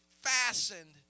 fastened